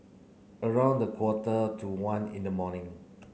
around quarter to one in the morning